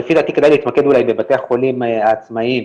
אבל לפי דעתי כדאי להתמקד בבתי החולים העצמאיים,